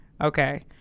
Okay